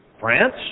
France